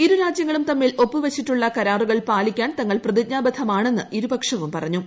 ഇരു രാജ്യങ്ങളും തമ്മിൽ ഒപ്പുവച്ചിട്ടുള്ള കരാറുകൾ പാലിക്കാൻ തങ്ങൾ പ്രതിജ്ഞാബദ്ധമാണെന്ന് ഇരുപക്ഷവും പറഞ്ഞു